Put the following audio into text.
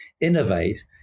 innovate